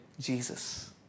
Jesus